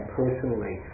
personally